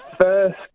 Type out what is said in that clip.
first